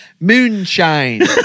Moonshine